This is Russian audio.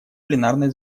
пленарное